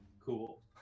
Cool